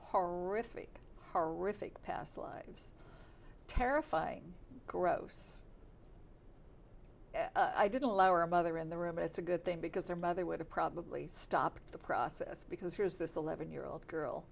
horrific horrific past lives terrifying gross i didn't allow our mother in the room it's a good thing because her mother would have probably stopped the process because here's this eleven year old girl